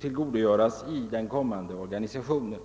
tillvaratas i den kommande organisationen.